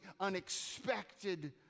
unexpected